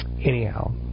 Anyhow